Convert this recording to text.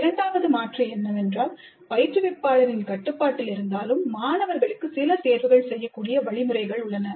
இரண்டாவது மாற்று என்னவென்றால் பயிற்றுவிப்பாளரின் கட்டுப்பாட்டில் இருந்தாலும் மாணவர்களுக்கும் சில தேர்வுகள் செய்யக்கூடிய வழிமுறைகள் உள்ளன